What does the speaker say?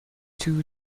two